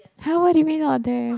!huh! what do you mean not there